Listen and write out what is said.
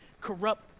corrupt